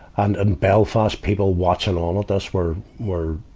and, and belfast people watching all of this were, were,